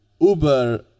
Uber